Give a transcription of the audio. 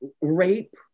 rape